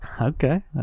Okay